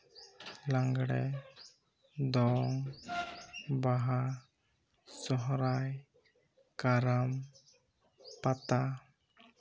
ᱞᱟᱜᱽᱬᱮ ᱫᱚᱝ ᱵᱟᱦᱟ ᱥᱚᱦᱨᱟᱭ ᱠᱟᱨᱟᱢ ᱯᱟᱛᱟ